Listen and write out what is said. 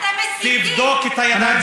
תבדוק את הידיים שלך,